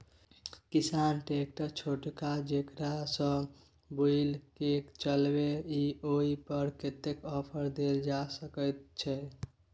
किसान ट्रैक्टर छोटका जेकरा सौ बुईल के चलबे इ ओय पर कतेक ऑफर दैल जा सकेत छै?